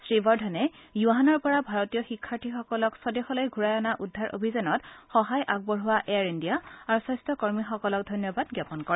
শ্ৰীবৰ্ধনে য়ুহানৰ পৰা ভাৰতীয় শিক্ষাৰ্থীসকলক স্বদেশলৈ ঘূৰাই অনা উদ্ধাৰ অভিযানত সহায় আগবঢ়োৱা এয়াৰ ইণ্ডিয়া আৰু স্বাস্থ্য কৰ্মীসকলক ধন্যবাদ জাপন কৰে